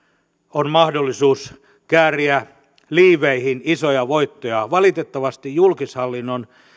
on mahdollisuus kääriä liiveihin isoja voittoja valitettavasti julkishallinnon